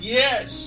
yes